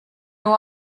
nur